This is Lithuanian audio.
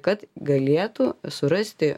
kad galėtų surasti